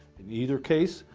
in either case,